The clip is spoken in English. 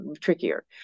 trickier